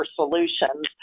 solutions